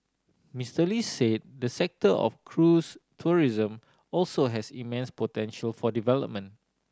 Mister Lee said the sector of cruise tourism also has immense potential for development